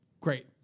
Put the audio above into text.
Great